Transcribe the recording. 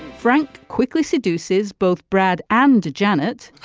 frank quickly seduces both brad and janet.